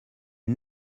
est